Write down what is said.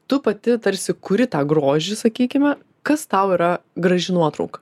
tu pati tarsi kuri tą grožį sakykime kas tau yra graži nuotrauka